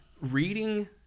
reading